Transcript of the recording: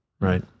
right